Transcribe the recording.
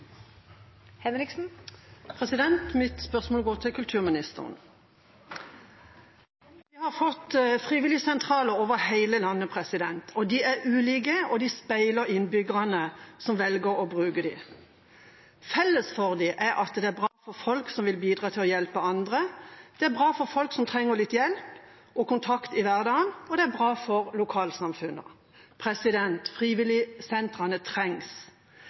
Mitt spørsmål går til kulturministeren. Vi har fått frivilligsentraler over hele landet. De er ulike, og de speiler innbyggerne som velger å bruke dem. Felles for dem er at de er bra for folk som vil bidra til å hjelpe andre, de er bra for folk som trenger litt hjelp og kontakt i hverdagen, og de er bra for lokalsamfunnene. Frivilligsentralene trengs.